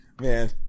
man